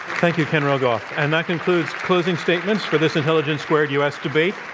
thank you, ken rogoff, and that concludes closing statements for this intelligence squared u. s. debate.